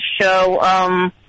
show